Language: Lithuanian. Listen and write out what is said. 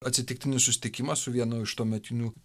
atsitiktinis susitikimas su vienu iš tuometinių